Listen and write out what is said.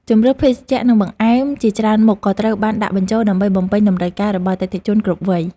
ជម្រើសភេសជ្ជៈនិងបង្អែមជាច្រើនមុខក៏ត្រូវបានដាក់បញ្ចូល ដើម្បីបំពេញតម្រូវការរបស់អតិថិជនគ្រប់វ័យ។